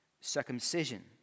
circumcision